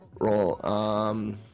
roll